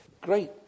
great